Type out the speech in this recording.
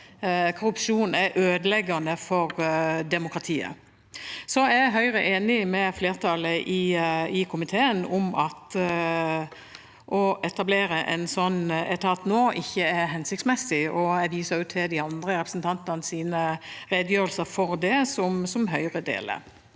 Korrupsjon er ødeleggende for demokratiet. Høyre er enig med flertallet i komiteen om at å etablere en sånn etat nå ikke er hensiktsmessig, og jeg viser til de andre representantenes redegjørelse for det, som Høyre deler.